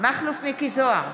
מכלוף מיקי זוהר,